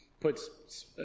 puts